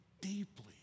deeply